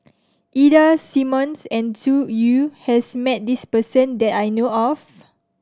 Ida Simmons and Zhu Xu has met this person that I know of